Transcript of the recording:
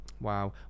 Wow